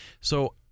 So-